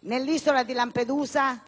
nell'isola di Lampedusa